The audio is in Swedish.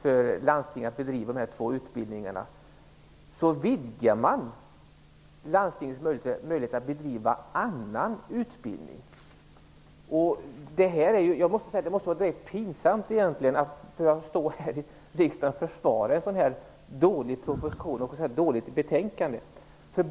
för landstingen att bedriva de här två utbildningarna vidgar man landstingens möjligheter att bedriva annan utbildning. Jag måste säga att det måste vara direkt pinsamt att här i riksdagen behöva försvara en sådan här dålig proposition och ett dåligt betänkande.